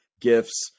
gifts